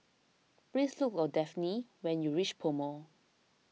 please look for Dafne when you reach PoMo